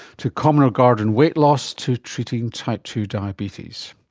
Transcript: to common or garden weight loss, to treating type two diabetes.